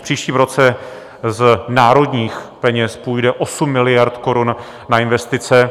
V příštím roce z národních peněz půjde 8 miliard korun na investice.